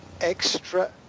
extra